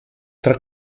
tra